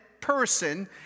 person